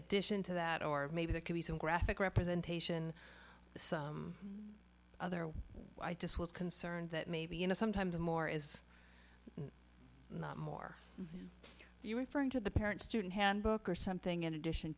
addition to that or maybe there could be some graphic representation the other way i just was concerned that maybe you know sometimes more is not more you referring to the parent student handbook or something in addition